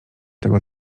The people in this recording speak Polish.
tego